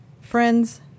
friends